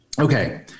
okay